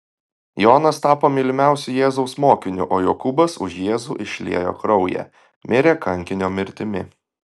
jonas tapo mylimiausiu jėzaus mokiniu o jokūbas už jėzų išliejo kraują mirė kankinio mirtimi